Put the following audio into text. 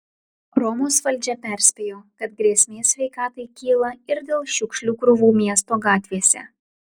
romos valdžia perspėjo kad grėsmė sveikatai kyla ir dėl šiukšlių krūvų miesto gatvėse